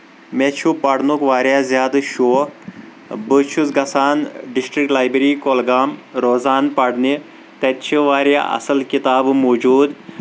مےٚ چھُ پَرنُک واریاہ زیادٕ شوق بہٕ چھُس گژھان ڈسٹرک لایبرری کولگام روزان پرنہِ تَتہِ چھِ واریاہ اَصٕل کِتابہٕ موٗجوٗد